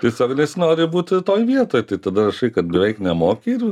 tiesiog nesinori būt toj vietoj tai tada rašai kad beveik nemoki ir